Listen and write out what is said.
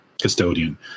Custodian